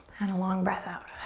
and a long breath out.